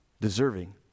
deserving